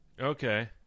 Okay